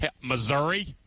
Missouri